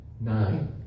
Nine